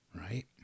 right